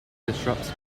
disrupts